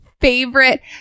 favorite